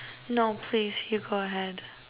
no please you go ahead